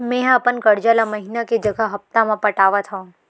मेंहा अपन कर्जा ला महीना के जगह हप्ता मा पटात हव